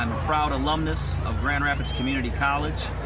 and a proud alumnus of grand rapids community college.